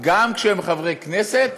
גם כשהם חברי הכנסת,